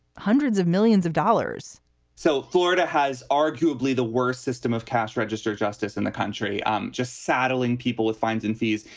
hundreds of millions of dollars so florida has arguably the worst system of cash register justice in the country. i'm just saddling people with fines and fees.